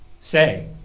say